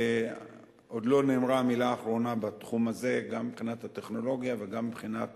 עוד לא נאמרה המלה האחרונה בתחום הזה גם מבחינת הטכנולוגיה וגם מבחינת